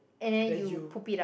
and then you